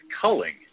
culling